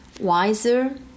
wiser